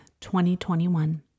2021